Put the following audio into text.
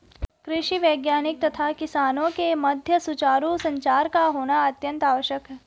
कृषि वैज्ञानिक तथा किसानों के मध्य सुचारू संचार का होना अत्यंत आवश्यक है